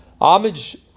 Homage